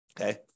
Okay